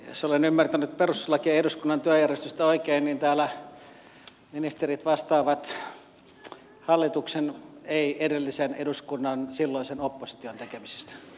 jos olen ymmärtänyt perustuslakia ja eduskunnan työjärjestystä oikein niin täällä ministerit vastaavat hallituksen eivät edellisen eduskunnan ja silloisen opposition tekemisistä